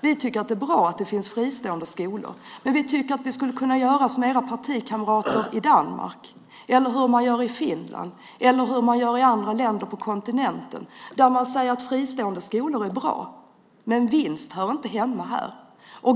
Vi tycker att det är bra att det finns fristående skolor. Men vi tycker att vi skulle kunna göra som era partikamrater i Danmark, Finland och länder på kontinenten. Där säger man att fristående skolor är bra, men att vinst inte hör hemma där.